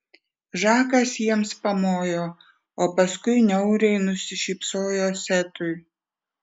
žakas jiems pamojo o paskui niauriai nusišypsojo setui